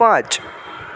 પાંચ